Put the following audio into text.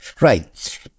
Right